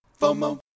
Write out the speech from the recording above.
FOMO